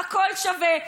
הכול שווה.